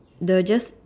the just